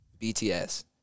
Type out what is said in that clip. BTS